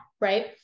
right